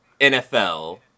NFL